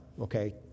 okay